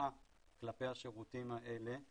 מראה כלפי השירותים האלה.